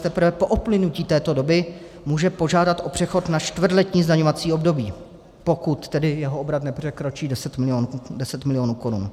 Teprve po uplynutí této doby může požádat o přechod na čtvrtletní zdaňovací období, pokud tedy jeho obrat nepřekročí 10 milionů korun.